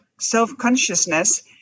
self-consciousness